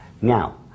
Now